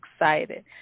excited